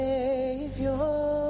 Savior